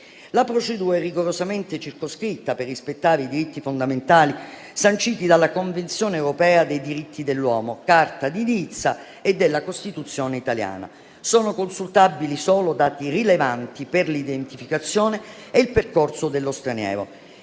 La procedura è rigorosamente circoscritta per rispettare i diritti fondamentali sanciti dalla Convenzione europea dei diritti dell'uomo, dalla Carta di Nizza e dalla Costituzione italiana. Sono consultabili solo dati rilevanti per l'identificazione e il percorso dello straniero.